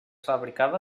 fabricava